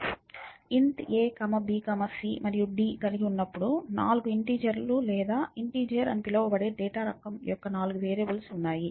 int a b c మరియు d కలిగి ఉన్నప్పుడు నాలుగు ఇంటిజర్ లు లేదా ఇంటిజర్ లు అని పిలువబడే డేటా రకం యొక్క నాలుగు వేరియబుల్స్ ఉన్నాయి